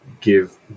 give